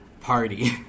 party